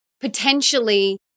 potentially